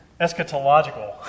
Eschatological